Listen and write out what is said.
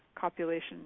copulation